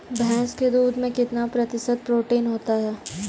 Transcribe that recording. भैंस के दूध में कितना प्रतिशत प्रोटीन होता है?